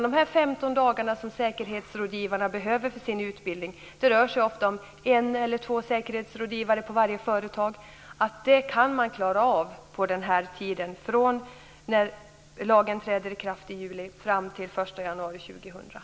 De 15 dagar som säkerhetsrådgivarna behöver för sin utbildning - ofta rör det sig om en eller två säkerhetsrådgivare på varje företag - kan man klara under den aktuella tiden, alltså från det att lagen träder i kraft i juli och fram till den 1 januari år 2000.